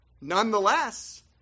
Nonetheless